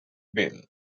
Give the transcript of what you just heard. bill